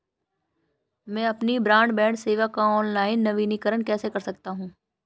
मैं अपनी ब्रॉडबैंड सेवा का ऑनलाइन नवीनीकरण कैसे कर सकता हूं?